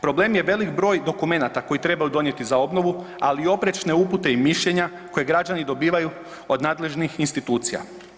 Problem je velik broj dokumenata koji trebaju donijeti za obnovu, ali oprečne upute i mišljenja koja građani dobivaju od nadležnih institucija.